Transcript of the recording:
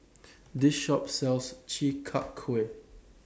This Shop sells Chi Kak Kuih